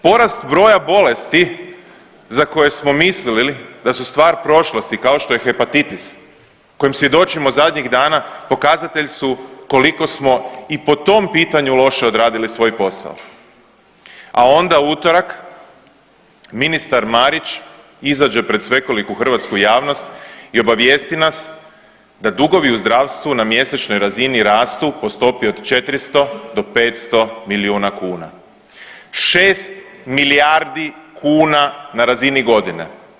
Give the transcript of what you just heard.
Porast broja bolesti za koje smo mislili da su stvar prošlosti kao što je hepatitis kojem svjedočimo zadnjih dana pokazatelj su koliko smo i po tom pitanju loše odradili svoj posao, a onda u utorak ministar Marić izađe pred svekoliku hrvatsku javnost i obavijesti nas da dugovi u zdravstvu na mjesečnoj razini rastu po stopi od 400 do 500 milijuna kuna, 6 milijardi kuna na razini godine.